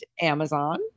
Amazon